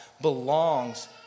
belongs